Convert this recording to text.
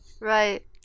Right